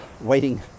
waiting